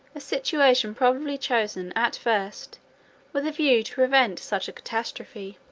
a situation probably chosen at first with a view to prevent such a catastrophe